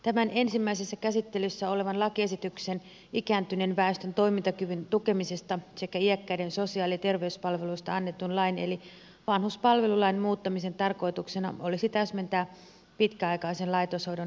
tämän ensimmäisessä käsittelyssä olevan lakiesityksen ikääntyneen väestön toimintakyvyn tukemisesta sekä iäkkäiden sosiaali ja terveyspalveluista annetun lain eli vanhuspalvelulain muuttamisen tarkoituksena olisi täsmentää pitkäaikaisen laitoshoidon edellytyksiä